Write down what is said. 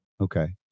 okay